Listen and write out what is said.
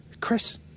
Chris